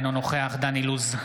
אינו נוכח דן אילוז,